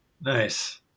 Nice